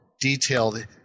detailed